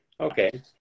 okay